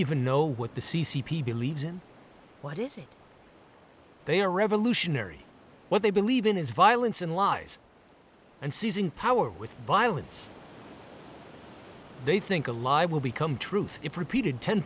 even know what the c c p believes in what is it they are revolutionary what they believe in is violence and lies and seizing power with violence they think alive will become truth